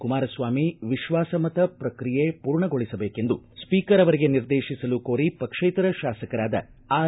ಕುಮಾರಸ್ವಾಮಿ ವಿಶ್ವಾಸಮತ ಪೂರ್ಣಗೊಳಿಸುವಂತೆ ಸ್ವೀಕರ್ ಅವರಿಗೆ ನಿರ್ದೇಶಿಸಲು ಕೋರಿ ಪಕ್ಷೇತರ ಶಾಸಕರಾದ ಆರ್